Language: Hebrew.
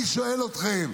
אני שואל אתכם: